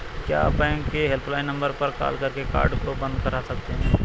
क्या बैंक के helpline number पर कॉल करके कार्ड को बंद करा सकते हैं?